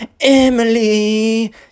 Emily